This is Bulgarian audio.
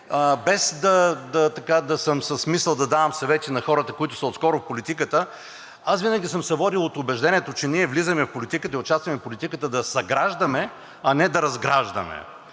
без да съм с мисъл да давам съвети на хората, които са отскоро в политиката, аз винаги съм се водил от убеждението, че ние влизаме в политиката и участваме в политиката да съграждаме, а не да разграждаме.